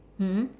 mm